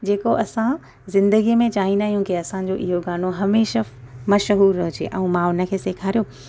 जेको असां ज़िंदगीअ में चाहिंदा आहियूं की असांजो इहो गानो हमेशह मशहूरु हुजे ऐं मां हुनखे सेखारियो